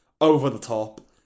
Over-the-top